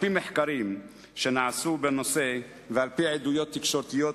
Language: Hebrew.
על-פי מחקרים שנעשו בנושא ועל-פי עדויות תקשורתיות,